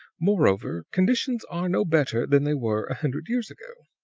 moreover, conditions are no better than they were a hundred years ago.